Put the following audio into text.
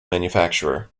manufacturer